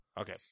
Okay